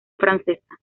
francesa